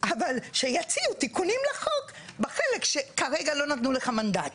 אבל שיציעו תיקונים בחוק בחלק שכרגע לא נתנו לך מנדט.